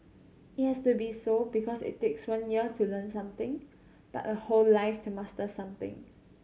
it has to be so because it takes one year to learn something but a whole life to master something